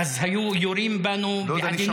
אז היו יורים בנו בעדינות?